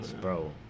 Bro